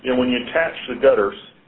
and when you attach the gutters,